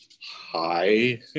hi